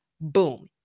Boom